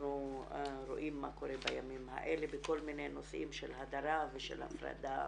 אנחנו רואים מה קורה בימים האלה בכל מיני נושאים של הדרה ושל הפרדה